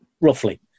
Roughly